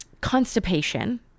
constipation